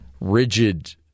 rigid